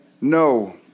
no